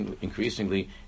increasingly